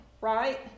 right